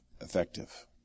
effective